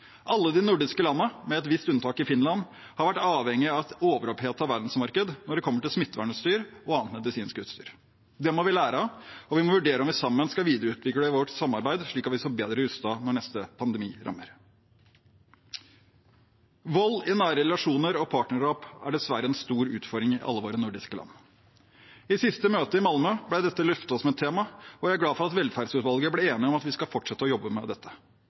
Alle de nordiske landene, med et visst unntak i Finland, har vært avhengige av et overopphetet verdensmarked når det kommer til smittevernutstyr og annet medisinsk utstyr. Det må vi lære av, og vi må vurdere om vi sammen skal videreutvikle vårt samarbeid, slik at vi står bedre rustet når neste pandemi rammer. Vold i nære relasjoner og partnerdrap er dessverre en stor utfordring i alle våre nordiske land. I siste møte, i Malmø, ble dette løftet som et tema, og jeg er glad for at velferdsutvalget ble enige om at vi skal fortsette å jobbe med dette.